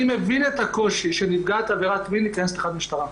אני מבין את הקושי של נפגעת עבירת מין להיכנס לתחנת המשטרה.